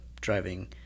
driving